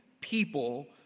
people